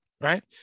Right